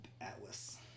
Atlas